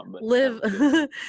live